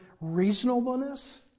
reasonableness